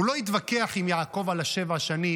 הוא לא התווכח עם יעקב על שבע השנים,